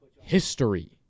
history